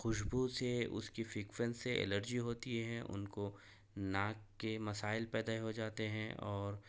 خوشبو سے اس کی فریکوینس سے الرجی ہوتی ہیں ان کو ناک کے مسائل پیدا ہو جاتے ہیں اور